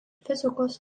fizikos